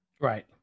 Right